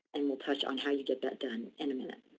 and we'll touch on how you get that done in a minute.